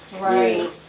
Right